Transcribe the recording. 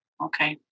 Okay